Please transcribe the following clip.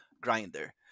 grinder